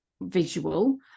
visual